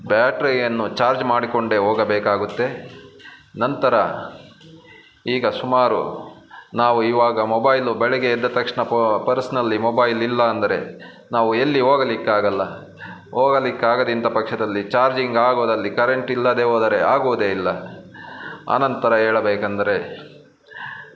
ಬ್ಯಾಟ್ರಿಯನ್ನು charge ಮಾಡಿಕೊಂಡೆ ಹೋಗಬೇಕಾಗುತ್ತೆ ನಂತರ ಈಗ ಸುಮಾರು ನಾವು ಇವಾಗ ಮೊಬೈಲು ಬೆಳಗ್ಗೆ ಎದ್ದ ತಕ್ಷಣ ಪರ್ಸ್ನಲ್ಲಿ ಮೊಬೈಲ್ ಇಲ್ಲ ಅಂದರೆ ನಾವು ಎಲ್ಲಿ ಹೋಗಲಿಕ್ಕಾಗಲ್ಲ ಹೋಗಲಿಕ್ಕೆ ಆಗದಿದ್ದ ಪಕ್ಷದಲ್ಲಿ ಚಾರ್ಜಿಂಗ್ ಆಗೋದಲ್ಲಿ ಕರೆಂಟ್ ಇಲ್ಲದೆ ಹೋದರೆ ಆಗೋದೇ ಇಲ್ಲ ಆನಂತರ ಹೇಳಬೇಕೆಂದ್ರೆ